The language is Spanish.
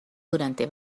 durante